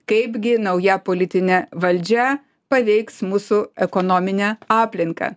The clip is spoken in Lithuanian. kaipgi nauja politinė valdžia paveiks mūsų ekonominę aplinką